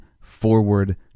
forward